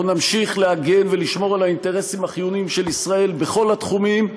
אנחנו נמשיך להגן ולשמור על האינטרסים החיוניים של ישראל בכל התחומים.